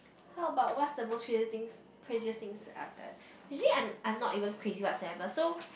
how about what's the most crazier things craziest things I've done usually I'm I'm not even crazy whatsoever so